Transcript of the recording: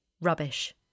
Rubbish